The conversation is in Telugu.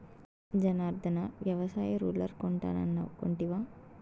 జనార్ధన, వ్యవసాయ రూలర్ కొంటానన్నావ్ కొంటివా